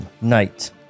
night